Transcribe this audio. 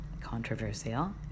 controversial